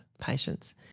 patients